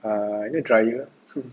and you know dryer